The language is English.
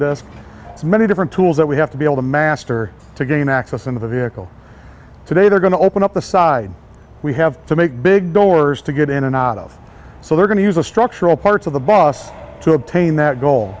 best many different tools that we have to be able to master to gain access in the vehicle today they're going to open up the side we have to make big doors to get in and out of so they're going to use a structural parts of the bus to obtain that goal